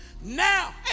Now